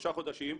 שלושה חודשים,